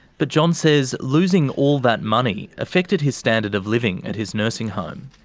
but john says losing all that money affected his standard of living at his nursing home.